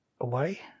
away